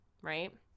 right